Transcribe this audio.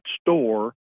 store